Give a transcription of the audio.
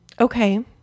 Okay